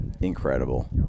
incredible